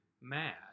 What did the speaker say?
mad